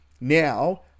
now